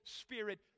Spirit